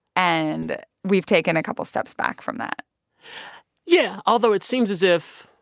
and we've taken a couple steps back from that yeah, although it seems as if,